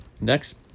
Next